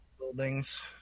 buildings